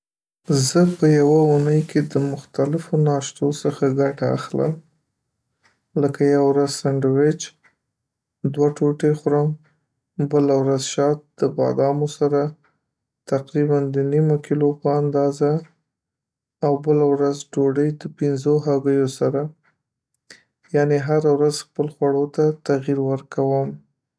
زه په یوه اونۍ کې د مختلفو ناشتو څخه ګټه اخلم لکه یوه ورځ سینډویج دوه ټوټي خورم بله ورځ شات د بادامو سره تقریبا د نیمه کیلو په اندازه او بله ورځ ډوډۍ د پنځوو هګیو سره. یعنی هره ورځ خپل خوړو ته تغییر ورکوم.